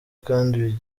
kandi